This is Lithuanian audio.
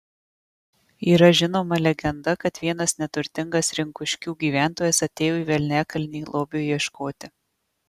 yra žinoma legenda kad vienas neturtingas rinkuškių gyventojas atėjo į velniakalnį lobio ieškoti